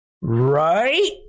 right